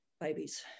babies